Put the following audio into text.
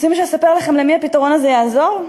רוצים שאני אספר לכם למי הפתרון הזה יעזור?